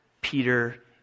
Peter